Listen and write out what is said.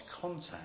contact